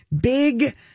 big